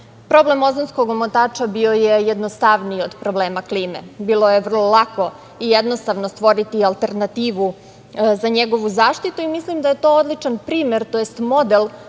nas. Problem ozonskog omotača bio je jednostavniji od problema klime. Bilo je vrlo lako i jednostavno stvoriti alternativu za njegovu zaštitu i mislim da je to odličan primer, tj. model